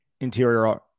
interior